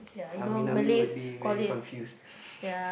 I mean I mean I would be very confused